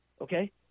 Okay